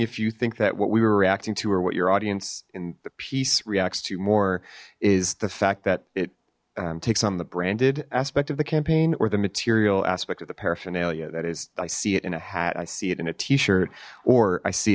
if you think that what we were reacting to or what your audience in the piece reacts to more is the fact that it takes on the branded aspect of the campaign or the material aspect of the paraphernalia that is i see it in a hat i see it in a t shirt or i see